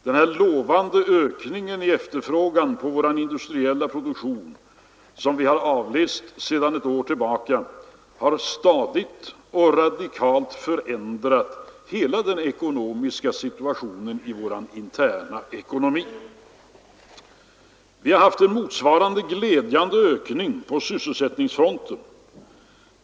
Denna lovande ökning i efterfrågan på vår industriella produktion, som vi har avläst sedan ett år tillbaka, har stadigt och radikalt förändrat hela den ekonomiska situationen i vår interna ekonomi. Vi har haft en motsvarande glädjande ökning på sysselsättningsfronten.